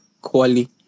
quality